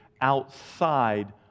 outside